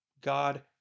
God